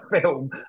film